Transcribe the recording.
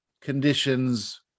conditions